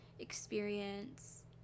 experience